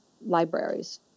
libraries